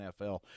NFL